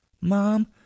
Mom